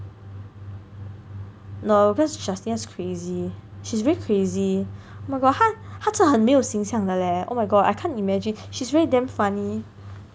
no because Justina is crazy she's very crazy oh my god 他他真的没有形象的 leh oh my god I can't imagine she's really damn funny